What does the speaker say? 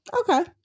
Okay